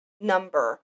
number